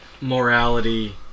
morality